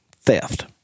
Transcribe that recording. theft